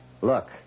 Look